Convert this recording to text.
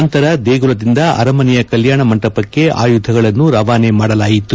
ನಂತರ ದೇಗುಲದಿಂದ ಅರಮನೆಯ ಕಲ್ಯಾಣ ಮಂಟಪಕ್ಕೆ ಆಯುಧಗಳನ್ನು ರವಾನೆ ಮಾಡಲಾಯಿತು